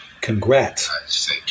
Congrats